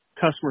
customer